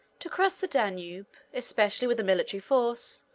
to cross the danube especially, with a military force,